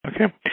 Okay